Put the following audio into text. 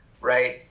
right